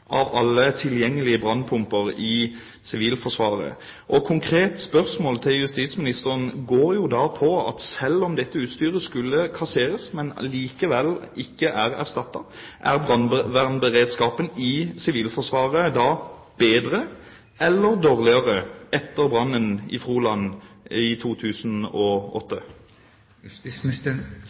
av alle tilgjengelige brannpumper i Sivilforsvaret. Et konkret spørsmål til justisministeren er jo da: Selv om dette utstyret skulle kasseres, men allikevel ikke er erstattet, er brannvernberedskapen i Sivilforsvaret da bedre eller dårligere etter brannen i Froland i